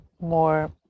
more